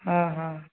ହଁ ହଁ